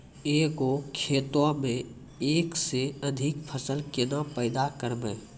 एक गो खेतो मे एक से अधिक फसल केना पैदा करबै?